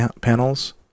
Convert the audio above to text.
panels